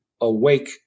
awake